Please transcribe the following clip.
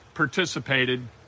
participated